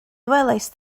welaist